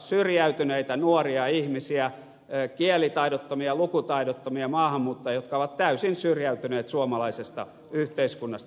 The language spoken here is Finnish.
syrjäytyneitä nuoria ihmisiä kielitaidottomia lukutaidottomia maahanmuuttajia jotka ovat täysin syrjäytyneet suomalaisesta yhteiskunnasta